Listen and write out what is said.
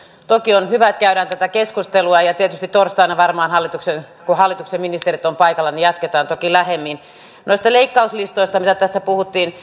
toki on hyvä että käydään tätä keskustelua ja ja tietysti torstaina varmaan kun hallituksen ministerit ovat paikalla tätä jatketaan toki lähemmin noista leikkauslistoista joista tässä puhuttiin